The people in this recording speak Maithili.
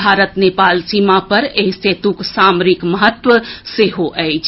भारत नेपाल सीमा पर एहि सेतुक सामरिक महत्व सेहो अछि